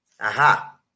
Aha